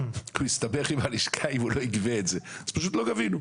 אז פשוט לא גבינו.